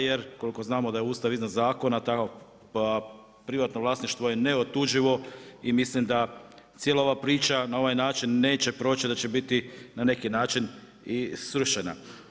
Jer koliko znamo da je Ustav iznad zakona, pa privatno vlasništvo je neotuđivo i mislim da cijela ova priča na ovaj način neće proći, da će biti na neki način i srušena.